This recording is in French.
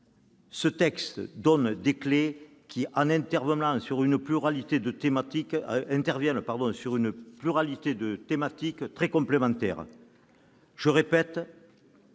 ce texte donne des clefs en intervenant sur une pluralité de thématiques très complémentaires. Je le répète,